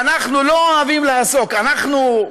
ואנחנו לא אוהבים לעסוק, אנחנו,